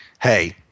Hey